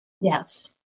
Yes